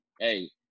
Hey